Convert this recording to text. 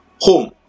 home